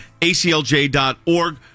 ACLJ.org